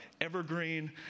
evergreen